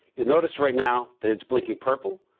you'll notice right now that it's blinking purple.